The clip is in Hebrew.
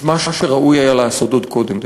את מה שראוי היה לעשות עוד קודם.